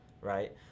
right